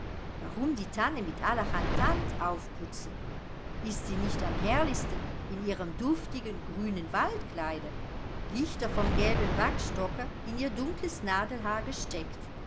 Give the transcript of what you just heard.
warum die tanne mit allerhand tand aufputzen ist sie nicht am herrlichsten in ihrem duftigen grünen waldkleide lichter vom gelben wachsstocke in ihr dunkles nadelhaar gesteckt